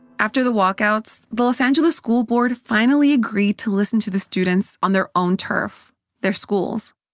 after the walkouts, the los angeles school board finally agreed to listen to the students on their own turf their schools.